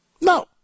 No